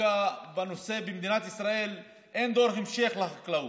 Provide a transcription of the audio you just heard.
במדינת ישראל אין דור המשך לחקלאות,